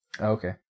Okay